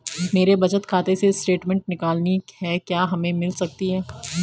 मेरे बचत खाते से स्टेटमेंट निकालनी है क्या हमें मिल सकती है?